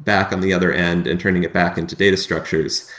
back on the other end and turning it back into data structures,